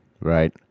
Right